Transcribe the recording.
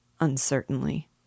uncertainly